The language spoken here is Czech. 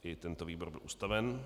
I tento výbor byl ustaven.